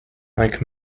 like